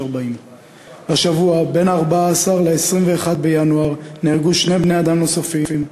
40. בשבוע שבין 14 ל-21 בינואר נהרגו שני בני-אדם נוספים,